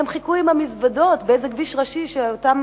הם חיכו עם המזוודות באיזה כביש ראשי, שאותם